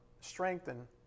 strengthen